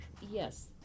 Yes